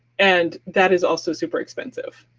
and that is also super expensive.